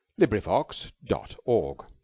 LibriVox.org